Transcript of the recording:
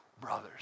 brothers